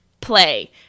play